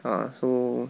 ah so